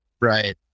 right